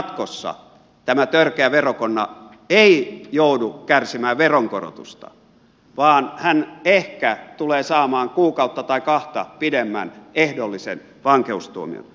jatkossa tämä törkeä verokonna ei joudu kärsimään veronkorotusta vaan hän ehkä tulee saamaan kuukautta tai kahta pidemmän ehdollisen vankeustuomion